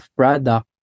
product